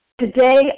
Today